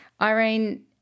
Irene